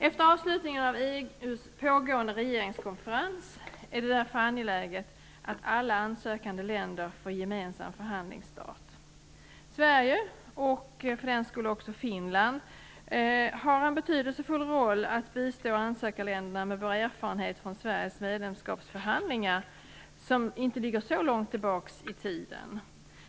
Efter avslutningen av EU:s pågående regeringskonferens är det därför angeläget att alla ansökande länder får gemensam förhandlingsstart. Sverige, och för den skull också Finland, har en betydelsefull roll att bistå ansökarländerna med erfarenheterna från våra medlemskapsförhandlingar, som inte ligger så långt tillbaka i tiden.